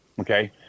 Okay